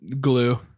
glue